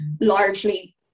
largely